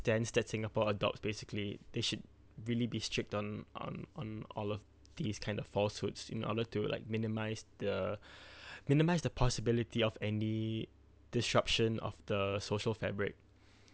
stands that singapore adopts basically they should really be strict on on on all of these kind of falsehoods in order to like minimise the minimise the possibility of any disruption of the social fabric